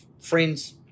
friends